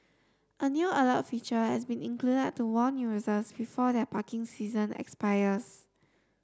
a new alert feature has been included to warn users before their parking session expires